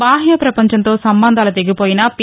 బాహ్య ప్రపంచంతో సంబంధాలు తెగిపోయిన పి